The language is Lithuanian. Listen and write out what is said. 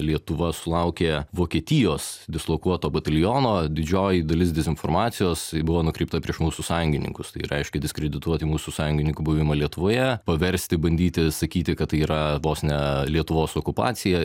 lietuva sulaukė vokietijos dislokuoto bataliono didžioji dalis dezinformacijos ji buvo nukreipta prieš mūsų sąjungininkus tai reiškia diskredituoti mūsų sąjungininkų buvimą lietuvoje paversti bandyti sakyti kad tai yra vos ne lietuvos okupacija